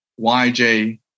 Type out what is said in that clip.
YJ